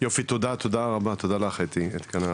יופי, תודה רבה לך אתי כהנא.